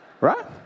Right